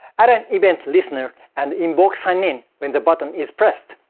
add an event listener and invoke sign-in when the button is pressed.